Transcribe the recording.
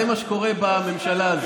זה מה שקורה בממשלה הזו.